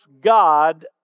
God